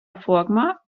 форма